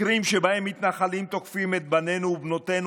מקרים שבהם מתנחלים תוקפים את בנינו ובנותינו